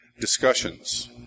discussions